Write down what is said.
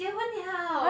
结婚 liao